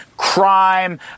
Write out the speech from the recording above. Crime